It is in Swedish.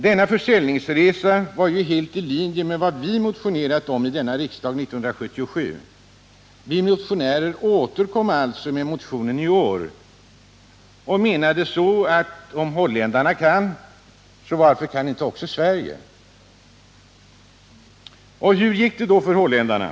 Denna försäljningsresa är ju helt i linje med vad vi motionerade om i denna riksdag 1977. Vi motionärer återkommer alltså med motionen i år och frågar: Om holländarna kan, varför kan inte även Sverige? Hur gick det då för holländarna?